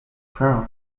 crown